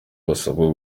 basabwa